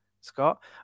Scott